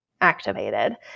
activated